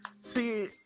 See